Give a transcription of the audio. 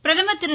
பிரதமர் திரு